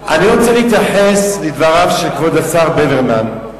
אני רוצה להתייחס לדבריו של כבוד השר ברוורמן.